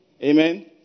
Amen